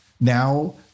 now